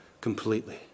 completely